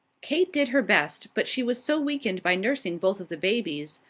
kate did her best, but she was so weakened by nursing both of the babies,